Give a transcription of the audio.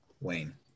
Wayne